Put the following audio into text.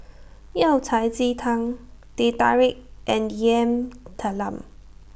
Yao Cai Ji Tang Teh Tarik and Yam Talam